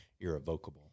irrevocable